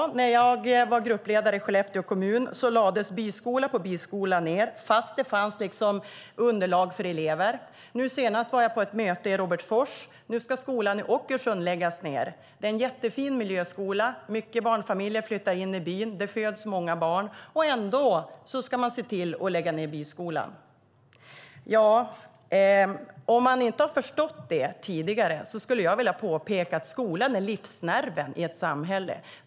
När jag var gruppledare i Skellefteå kommun lades byskola efter byskola ned fastän det fanns elevunderlag. Senast var jag på ett möte i Robertsfors, och nu ska skolan i Åkullsjön läggas ned. Det är en jättefin miljöskola. Många barnfamiljer flyttar in i byn. Det föds många barn. Ändå läggs byskolan ned. Om man inte förstått det tidigare skulle jag vilja påpeka att skolan är livsnerven i ett samhälle.